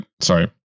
sorry